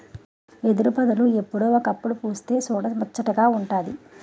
ఎదురుపొదలు ఎప్పుడో ఒకప్పుడు పుస్తె సూడముచ్చటగా వుంటాది